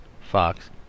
fox